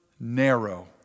narrow